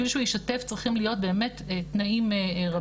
בשביל שהוא ישתף באמת צריכים להיות תנאים רבים.